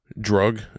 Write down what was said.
drug